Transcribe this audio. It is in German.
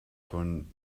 von